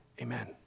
Amen